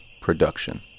Production